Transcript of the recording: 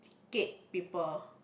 gate people